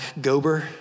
Gober